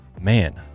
man